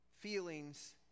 Feelings